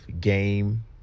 game